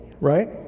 right